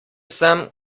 sem